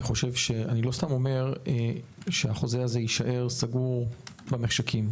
אני לא סתם אומר שהחוזה הזה יישאר סגור במחשכים.